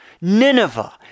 Nineveh